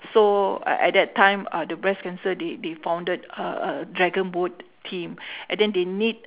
so at that time uh the breast cancer they they founded a a dragon boat team and then they need